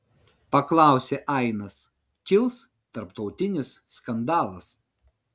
paklausė ainas kils tarptautinis skandalas